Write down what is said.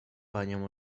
panią